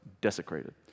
desecrated